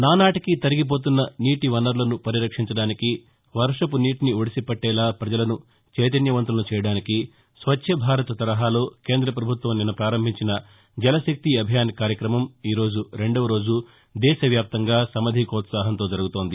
నానాటికి తరిగిపోతున్న నీటి వనరులను పరిరక్షించడానికి వర్షపు నీటిని ఒడిసిపట్టేలా పజలను చైతన్య వంతులను చేయడానికి స్వచ్చ్ భారత్ తరహాలో కేంద్ర పభుత్వం నిన్న పారంభించిన జలశక్తి అభియాన్ కార్యక్రమం ఈరోజు రెండవ రోజు దేశవ్యాప్తంగా సమధికోత్సాహంతో జరుగుతోంది